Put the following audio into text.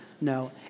no